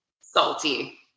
Salty